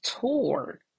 tour